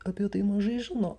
apie tai mažai žino